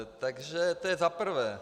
Takže to je za prvé.